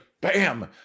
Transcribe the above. bam